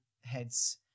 heads